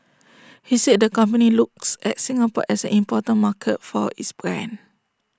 he said the company looks at Singapore as an important market for its brand